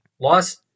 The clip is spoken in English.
lost